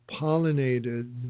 pollinated